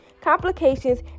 complications